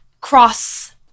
cross